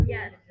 Yes